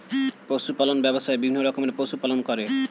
পশু পালন ব্যবসায়ে বিভিন্ন রকমের পশু পালন করে